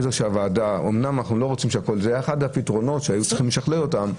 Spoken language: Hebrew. אחד הפתרונות שהיו צריכים לשכלל אותם,